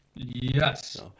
Yes